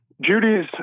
Judy's